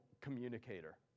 communicator